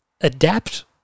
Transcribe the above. adapt